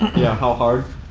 yeah, how hard.